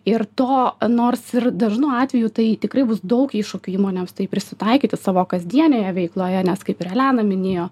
ir to nors dažnu atveju tai tikrai bus daug iššūkių įmonėms tai prisitaikyti savo kasdienėje veikloje nes kaip ir elena minėjo